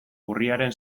urriaren